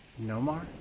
Nomar